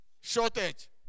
Shortage